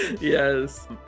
Yes